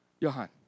Johan